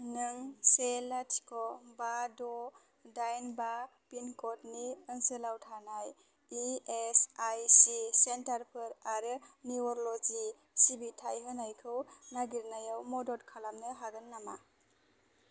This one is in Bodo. नों से लाथिख' बा द' दाइन बा पिनक'डनि ओनसोलाव थानाय E S I C centre for आरो निउर'ल'जि सिबिथाय होनायखौ नागिरनायाव मदद खालामनो हागोन नामा